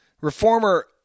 Reformer